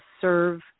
serve